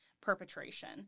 perpetration